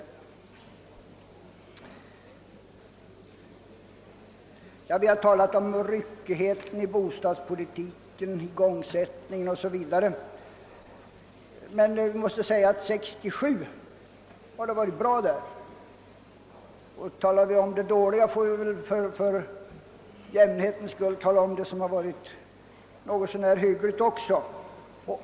Det har tidigare talats mycket om ryckigheten i bostadspolitiken, igångsättningen o.s.v., men man måste erkänna att utvecklingen varit god under 1967 — talar vi om det dåliga bör vi för jämnhetens skull också tala om det som varit något så när hyggligt.